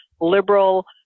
liberal